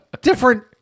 Different